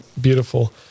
beautiful